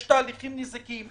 יש תהליכים נזיקיים.